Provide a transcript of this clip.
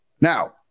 Now